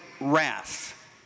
wrath